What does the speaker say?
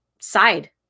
side